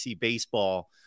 baseball